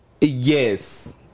Yes